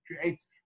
creates